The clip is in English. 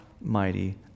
mighty